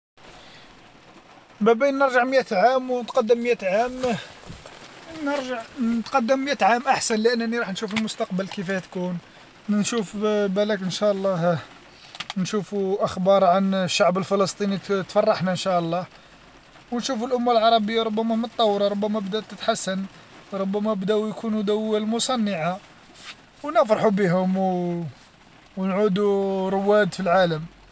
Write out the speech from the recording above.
ما بين نرجع مئة عام ونتقدم مئة عام، نرجع نتقدم مئة عام احسن لأنني راح نشوف المستقبل كيفاه تكون نشوف بالاك ان شاء الله نشوفو اخبار عن الشعب الفلسطيني ت -تفرحنا ان شاء الله، ونشوفو الأمة العربية ربما متطورة ربما بدات تتحسن ربما بداو يكونوا دوول مصنعة ونفرحو بيهم ونعودو رواد في العالم.